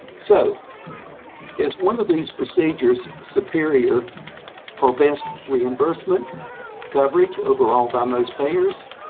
so is one of these procedures superior for best reimbursement coverage overall by most payers?